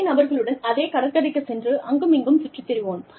அதே நபர்களுடன் அதே கடற்கரைக்குச் சென்று அங்குமிங்கும் சுற்றித் திரிவோம்